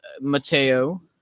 Mateo